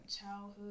childhood